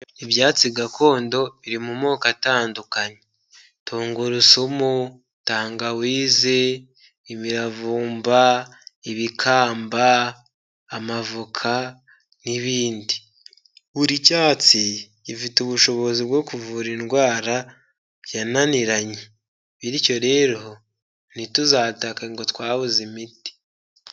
Ibyatsi gakondo biri mu moko atandukanye tungurusumu, tangawizi, imiravumba, ibikamba, amavoka n'ibindi, buri cyatsi gifite ubushobozi bwo kuvura indwara yananiranye, bityo rero ntituzatake ngo twabuze imiti.